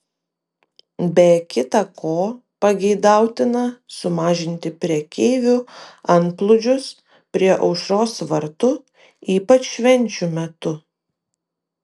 be kita ko pageidauta sumažinti prekeivių antplūdžius prie aušros vartų ypač švenčių metu